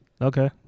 Okay